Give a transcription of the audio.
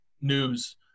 news